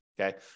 okay